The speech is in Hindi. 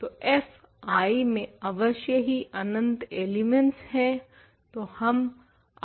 तो f I में अवश्य ही अनंत एलिमेंट्स हैं